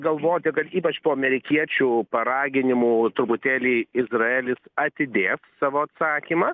galvoti kad ypač po amerikiečių paraginimų truputėlį izraelis atidės savo atsakymą